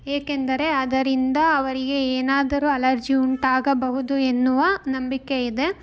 ಏಕೆಂದರೆ ಅದರಿಂದ ಅವರಿಗೆ ಏನಾದರೂ ಅಲರ್ಜಿ ಉಂಟಾಗಬಹುದು ಎನ್ನುವ ನಂಬಿಕೆ ಇದೆ